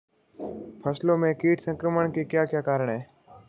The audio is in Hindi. फसलों में कीट संक्रमण के क्या क्या कारण है?